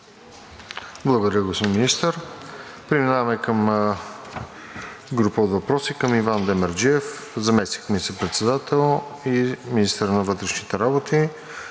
Благодаря, господин Министър. Преминаваме към група от въпроси към Иван Демерджиев – заместник министър-председател и министър на вътрешните работи.